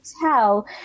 tell